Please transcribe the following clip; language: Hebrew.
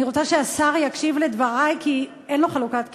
אני רוצה שהשר יקשיב לדברי כי אין לו חלוקת קשב,